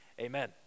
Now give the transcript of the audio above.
amen